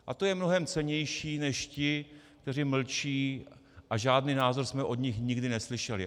A to je mnohem cennější než ti, kteří mlčí a žádný názor jsme od nich nikdy neslyšeli.